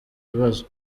bibazo